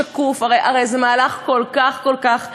שקוף, הרי זה מהלך כל כך כל כך ברור,